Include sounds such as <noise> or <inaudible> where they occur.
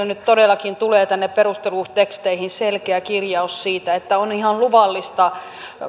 <unintelligible> nyt todellakin tulee tänne perusteluteksteihin selkeä kirjaus siitä että on ihan luvallista